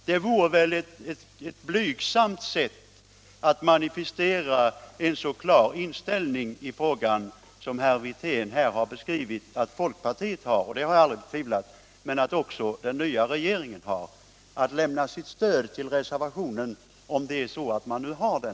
Det vore ett blygsamt sätt att manifestera en så klar inställning i frågan som herr Wirtén här har beskrivit att folkpartiet har — och det har jag aldrig betvivlat. Men om nu den nya regeringen har samma inställning kan man visa det genom att lämna sitt stöd till reservationen.